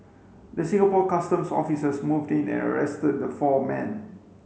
the Singapore Customs officers moved in and arrested the four men